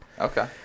Okay